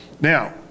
Now